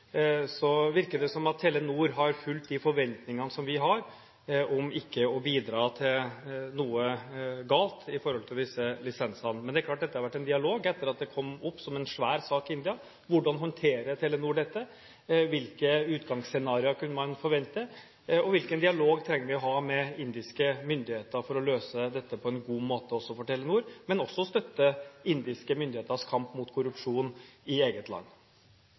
virker det som om Telenor har fulgt de forventningene vi har om ikke å bidra til noe galt når det gjelder disse lisensene. Men det er klart at det har vært en dialog, etter at det kom opp som en svær sak i India, om hvordan Telenor håndterer dette, om hvilke utgangsscenarioer man kunne forvente – hvilken dialog vi trenger å ha med indiske myndigheter for å løse dette på en god måte for Telenor, og for å støtte indiske myndigheters kamp mot korrupsjon i eget land.